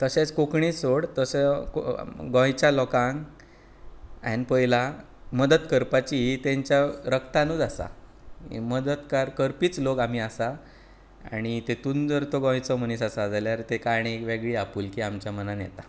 तशेच कोंकणी सोड तसो गोंयच्या लोकांक हांवें पळयला मदत करपाची ही तेंच्या रक्तानूत आसा ह मदतगार करपीच लोक आमी आसा आणी तेतून जर तो गोंयचो मनीस आसा जाल्यार ते कारण ही एक वेगळी आपुलकी आमच्या मनान येता